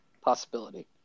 possibility